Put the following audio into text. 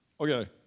Okay